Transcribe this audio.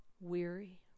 weary